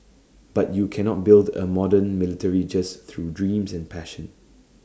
but you cannot build A modern military just through dreams and passion